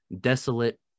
desolate